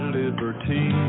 liberty